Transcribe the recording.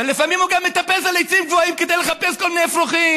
ולפעמים הוא גם מטפס על עצים גבוהים כדי לחפש כל מיני אפרוחים,